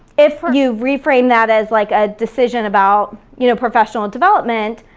if you reframe that as like a decision about you know professional and development,